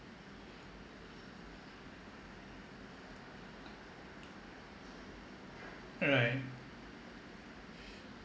right